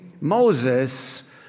Moses